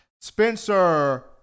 Spencer